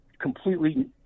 completely